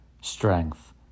strength